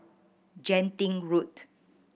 Genting Road